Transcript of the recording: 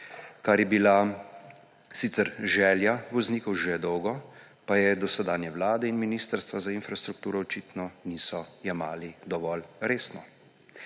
kar je bila sicer želja voznikov že dolgo, pa je dosedanje vlade in Ministrstvo za infrastrukturo očitno niso jemali dovolj resno.